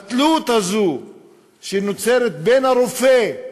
התלות הזו שנוצרת בין הרופא,